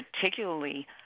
particularly